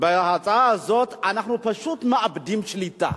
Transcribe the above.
בהצעה הזו אנחנו פשוט מאבדים שליטה.